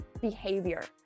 behavior